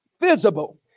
visible